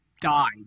died